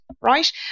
right